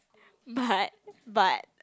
but but